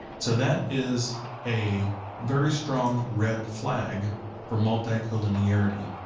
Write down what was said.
so that is a very strong red flag for multicollinearity.